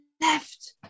left